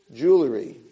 jewelry